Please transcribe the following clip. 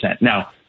Now